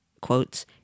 quotes